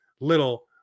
little